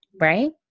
right